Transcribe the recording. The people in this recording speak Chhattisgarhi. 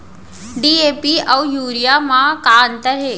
डी.ए.पी अऊ यूरिया म का अंतर हे?